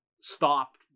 stopped